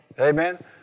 Amen